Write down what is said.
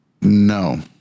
No